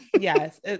Yes